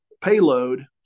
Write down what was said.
payload